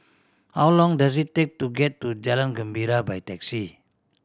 how long does it take to get to Jalan Gembira by taxi